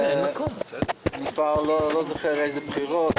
אני כבר לא זוכר איזה בחירות,